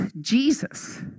Jesus